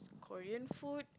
Korean food